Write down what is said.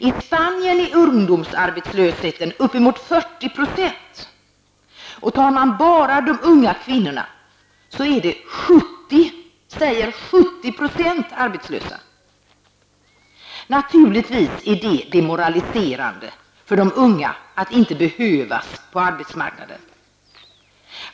I Spanien är ungdomsarbetslösheten uppemot 40 %, och av de unga kvinnorna är 70 % arbetslösa. Naturligtvis är det demoraliserande för de unga att inte behövas på arbetsmarknaden.